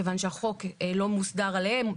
כיוון שהחוק לא מוסדר עליהם,